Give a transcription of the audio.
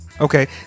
Okay